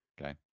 Okay